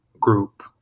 group